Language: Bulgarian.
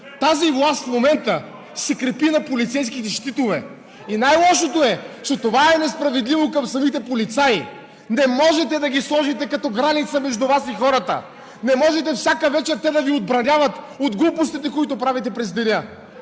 Тази власт в момента се крепи на полицейските щитове. И най-лошото е, че това е несправедливо към самите полицаи! Не можете да ги сложите като граница между Вас и хората! Не може всяка вечер те да Ви отбраняват от глупостите, които правите през деня!